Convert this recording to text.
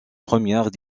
première